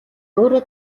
өөрөө